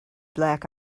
black